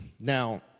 Now